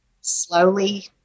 slowly